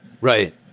Right